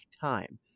time